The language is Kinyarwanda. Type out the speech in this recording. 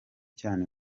cyane